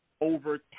over